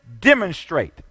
demonstrate